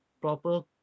proper